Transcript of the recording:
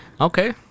Okay